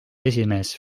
esimees